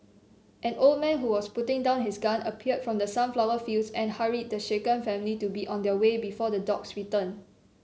an old man who was putting down his gun appeared from the sunflower fields and hurried the shaken family to be on their way before the dogs return